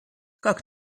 как